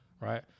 right